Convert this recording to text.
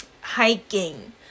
hiking